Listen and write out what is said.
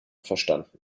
verstanden